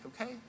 okay